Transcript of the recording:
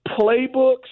Playbooks